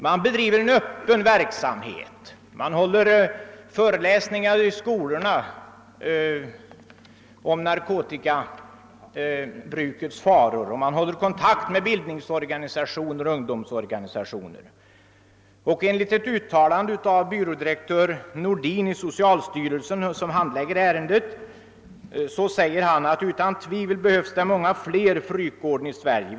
Man bedriver en öppen verksamhet, man håller föreläsningar i skolorna om narkotikabrukets faror och man håller kontakt med bildningsorganisationer och ungdomsorganisationer. Byrådirektör Nordin i socialstyrelsen, som handlägger ärendet, säger i ett uttaiande att det utan tvivel behövs många fler Frykgården i Sverige.